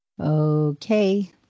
Okay